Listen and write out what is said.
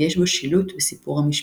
ויש בו שילוט וסיפור המשפט.